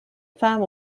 femme